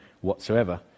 whatsoever